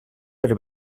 per